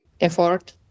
effort